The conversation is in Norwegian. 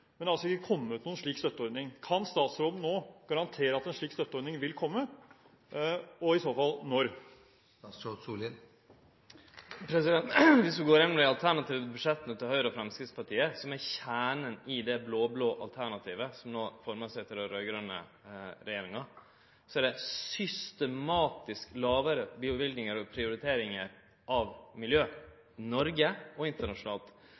Men det har ikke kommet noen slik støtteordning. Kan statsråden nå garantere at en slik støtteordning vil komme, og i så fall når? Viss vi går gjennom dei alternative budsjetta til Høgre og Framstegspartiet, som er kjernen i det blå-blå alternativet til den raud-grøne regjeringa som no formar seg, så er det systematisk lågare løyvingar til og prioriteringar av miljø – i Noreg og internasjonalt.